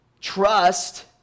trust